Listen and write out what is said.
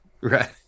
Right